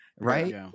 right